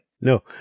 No